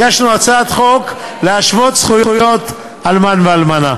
הגשנו הצעת חוק להשוואת זכויות אלמן ואלמנה.